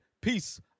Peace